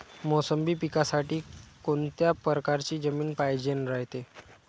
मोसंबी पिकासाठी कोनत्या परकारची जमीन पायजेन रायते?